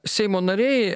seimo nariai